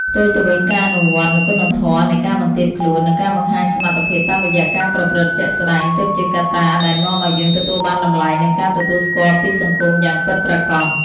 ផ្ទុយទៅវិញ ការអនុវត្តនូវគុណធម៌នៃការបន្ទាបខ្លួន និងការបង្ហាញសមត្ថភាពតាមរយៈការប្រព្រឹត្តជាក់ស្ដែង ទើបជាកត្តាដែលនាំឱ្យយើងទទួលបានតម្លៃ និងការទទួលស្គាល់ពីសង្គមយ៉ាងពិតប្រាកដ។